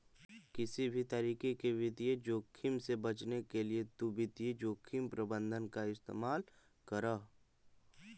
किसी भी तरीके के वित्तीय जोखिम से बचने के लिए तु वित्तीय जोखिम प्रबंधन का इस्तेमाल करअ